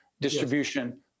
distribution